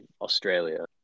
australia